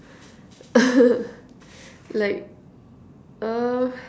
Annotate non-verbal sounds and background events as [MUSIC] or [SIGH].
[LAUGHS] like uh